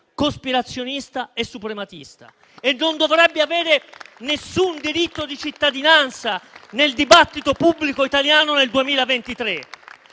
cospirazionista e suprematista e non dovrebbe avere nessun diritto di cittadinanza nel dibattito pubblico italiano nel 2023.